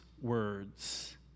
words